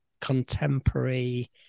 contemporary